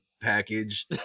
package